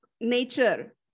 nature